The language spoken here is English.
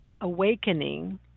Awakening